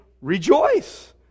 rejoice